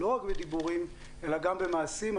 לא רק בדיבורים אלא גם במעשים.